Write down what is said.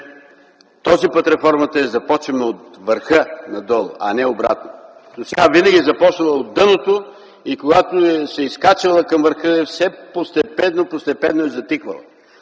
този път реформата я започваме от върха надолу, а не обратното. Досега винаги тя е започвала от дъното и когато се изкачвала към върха постепенно, постепенно е затихвала.